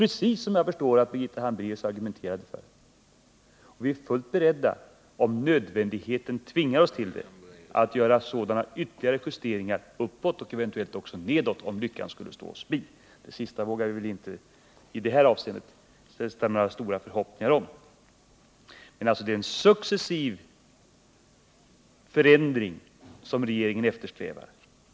Efter vad jag förstår var det precis detta Birgitta Hambraeus argumenterade för. Om nödvändigheten tvingar oss är vi beredda att göra ytterligare justeringar uppåt, eventuellt också nedåt om lyckan skulle stå oss bi. Det sista skall vi inte hysa för stora förhoppningar om. Regeringen eftersträvar alltså en successiv förändring.